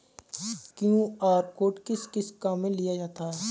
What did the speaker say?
QR code किस किस काम में लिया जाता है?